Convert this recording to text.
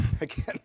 Again